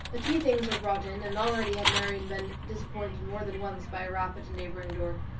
the tea things were brought in, and already had marianne been disappointed more than once by a rap at a neighbouring door,